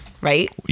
right